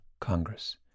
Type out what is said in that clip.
Congress